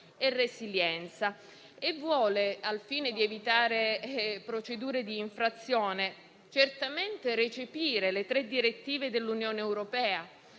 e resilienza e intende, al fine di evitare procedure di infrazione, certamente recepire le tre direttive UE (la